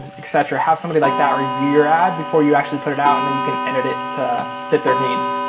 et cetera. have somebody like that review your ad before you actually put it out and then you can edit it to fit their needs.